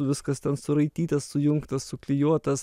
viskas ten suraitytas sujungtas suklijuotas